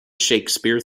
shakespeare